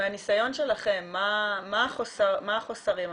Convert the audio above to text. מהניסיון שלכם, מה החוסרים המרכזיים,